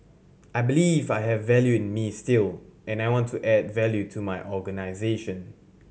I believe I have value in me still and I want to add value to my organisation